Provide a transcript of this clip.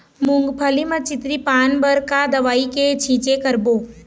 मूंगफली म चितरी पान बर का दवई के छींचे करबो?